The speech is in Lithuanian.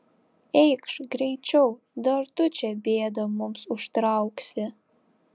eikš greičiau dar tu čia bėdą mums užtrauksi